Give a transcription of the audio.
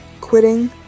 quitting